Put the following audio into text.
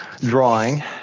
drawing